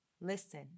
listen